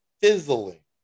fizzling